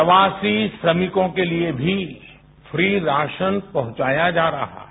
प्रवासी श्रमिकों के लिए भी फ्री राशन पहुंचाया जा रहा है